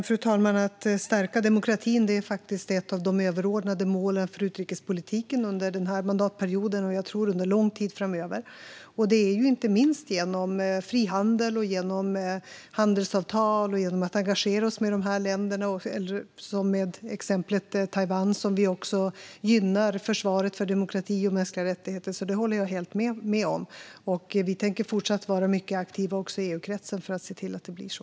Fru talman! Att stärka demokratin är ett av de överordnade målen för utrikespolitiken under denna mandatperiod och, tror jag, under lång tid framöver. Det gäller inte minst genom frihandel, genom handelsavtal och genom att engagera oss i dessa länder, även i exemplet Taiwan, där vi gynnar försvaret för demokrati och mänskliga rättigheter. Jag håller helt med om detta, och vi tänker fortsätta att vara mycket aktiva också i EU-kretsen för att se till att det blir så.